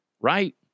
right